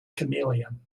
chameleon